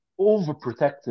overprotective